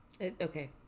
Okay